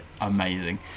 amazing